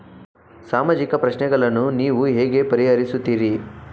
ಸಾಮಾಜಿಕ ಪ್ರಶ್ನೆಗಳನ್ನು ನೀವು ಹೇಗೆ ಪರಿಹರಿಸುತ್ತೀರಿ?